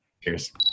Cheers